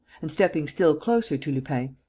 and, stepping still closer to lupin,